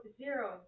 zero